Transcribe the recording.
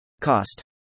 Cost